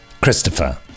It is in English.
Christopher